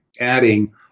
adding